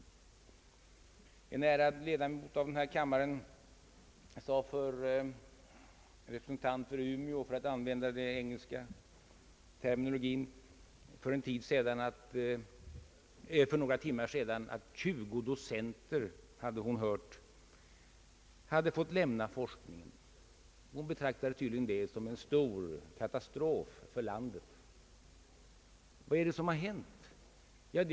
En ärad ledamot av denna kammare — en representant för Umeå, för att använda den engelska terminologien — sade för några timmar sedan, att hon hade hört att 20 docenter hade fått lämna forskningen. Hon betraktade tydligen detta som en stor katastrof för landet. Vad är det som har hänt?